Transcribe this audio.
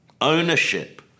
Ownership